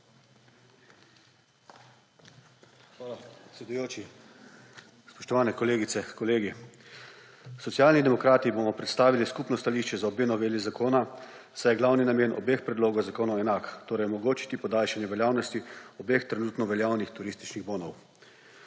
Hvala, predsedujoči. Spoštovani kolegice, kolegi! Socialni demokrati bomo predstavili skupno stališče za obe noveli zakona, saj je glavni namen obeh predlogov zakonov enak, torej omogočiti podaljšanje veljavnosti obeh trenutno veljavnih turističnih bonov.